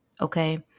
Okay